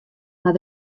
mar